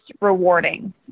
rewarding